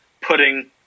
putting –